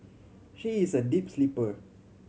she is a deep sleeper